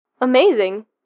Amazing